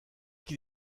qui